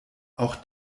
auch